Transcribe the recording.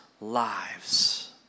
lives